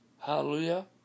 Hallelujah